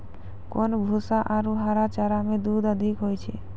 कोन भूसा आरु हरा चारा मे दूध अधिक होय छै?